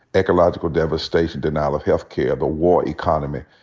ecological devastation, denial of healthcare, the war economy,